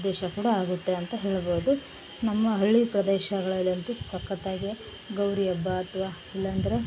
ದೇಶ ಕೂಡ ಆಗುತ್ತೆ ಅಂತ ಹೇಳ್ಬೋದು ನಮ್ಮ ಹಳ್ಳಿ ಪ್ರದೇಶಗಳಲ್ಲಿ ಅಂತು ಸಕ್ಕತ್ತಾಗಿ ಗೌರಿ ಹಬ್ಬ ಅಥ್ವ ಇಲ್ಲಂದ್ರೆ